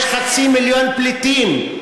כיצד קרה שיש חצי מיליון פליטים?